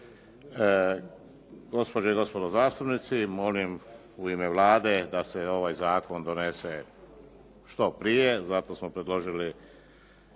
Gospođe i gospodo zastupnici molim u ime Vlade da se ovaj zakon donese što prije, zato smo predložili